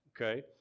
Okay